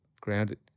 grounded